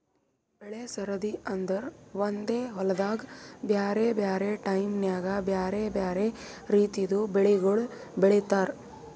ಬೆಳೆ ಸರದಿ ಅಂದುರ್ ಒಂದೆ ಹೊಲ್ದಾಗ್ ಬ್ಯಾರೆ ಬ್ಯಾರೆ ಟೈಮ್ ನ್ಯಾಗ್ ಬ್ಯಾರೆ ಬ್ಯಾರೆ ರಿತಿದು ಬೆಳಿಗೊಳ್ ಬೆಳೀತಾರ್